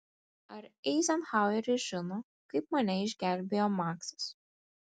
ar eizenhaueris žino kaip mane išgelbėjo maksas